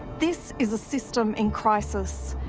this is a system in crisis.